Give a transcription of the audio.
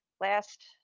last